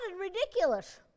ridiculous